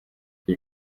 iyi